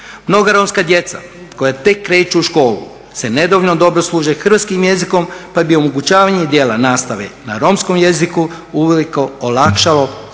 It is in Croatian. Mnoga romska djeca koja tek kreću u školu se nedovoljno dobro služe hrvatskim jezikom pa bi im omogućavanje dijela nastave na romskom jeziku uvelike olakšalo njihovu